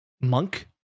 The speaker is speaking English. Monk